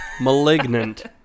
Malignant